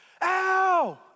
ow